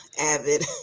avid